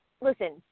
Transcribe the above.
listen